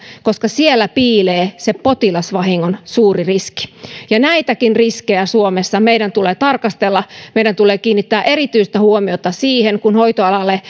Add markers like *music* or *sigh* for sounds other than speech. koska siellä piilee se potilasvahingon suuri riski ja näitäkin riskejä suomessa meidän tulee tarkastella meidän tulee kiinnittää erityistä huomiota siihen kun hoitoalalle *unintelligible*